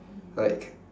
like